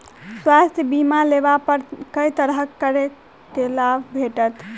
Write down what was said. स्वास्थ्य बीमा लेबा पर केँ तरहक करके लाभ भेटत?